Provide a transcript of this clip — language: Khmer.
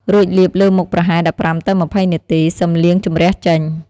រួចលាបលើមុខប្រហែល ១៥ ទៅ ២០ នាទី សឹមលាងជម្រះចេញ។